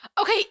Okay